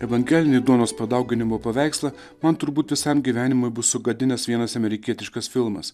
evangelinį duonos padauginimo paveikslą man turbūt visam gyvenimui bus sugadinęs vienas amerikietiškas filmas